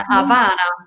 Havana